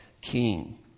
king